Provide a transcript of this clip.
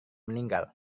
meninggal